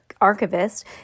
archivist